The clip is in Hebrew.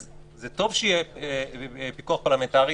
אז זה טוב שיהיה פיקוח פרלמנטרי,